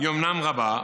"אומנם רבה,